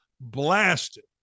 blasted